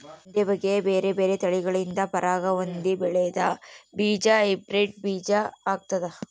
ಒಂದೇ ಬಗೆಯ ಬೇರೆ ಬೇರೆ ತಳಿಗಳಿಂದ ಪರಾಗ ಹೊಂದಿ ಬೆಳೆದ ಬೀಜ ಹೈಬ್ರಿಡ್ ಬೀಜ ಆಗ್ತಾದ